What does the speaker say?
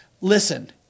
listen